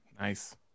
Nice